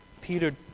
Peter